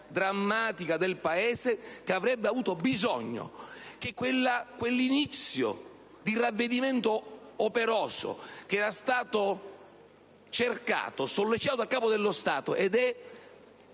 drammatica del Paese, che avrebbe avuto bisogno di quell'inizio di ravvedimento operoso cercato e sollecitato dal Capo dello Stato.